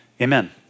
Amen